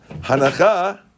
hanacha